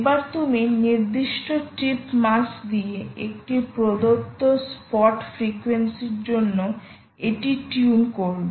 এবার তুমি নির্দিষ্ট টিপ মাস দিয়ে একটি প্রদত্ত স্পট ফ্রিকোয়েন্সির জন্য এটি টিউন করবে